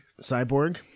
cyborg